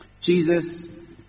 Jesus